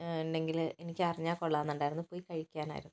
ഉണ്ടെങ്കിൽ എനിക്കറിഞ്ഞാൽ കൊള്ളാമെന്നുണ്ടായിരുന്നു പോയി കഴിക്കാനായിരുന്നു